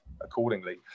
accordingly